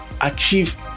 achieve